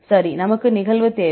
சரி நமக்கு நிகழ்வு தேவை